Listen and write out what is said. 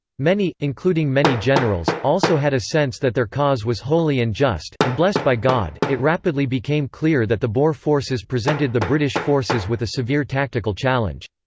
many, including many generals, also had a sense that their cause was holy and just, and blessed by god it rapidly became clear that the boer forces presented the british forces with a severe tactical challenge.